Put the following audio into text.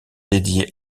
dédiée